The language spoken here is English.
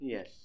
Yes